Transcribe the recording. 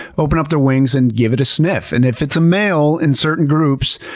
open up their wings and give it a sniff. and if it's a male in certain groups,